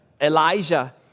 elijah